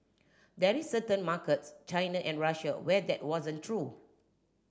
that is certain markets China and Russia where that wasn't true